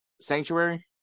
sanctuary